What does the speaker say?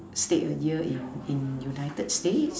stayed a year in in united states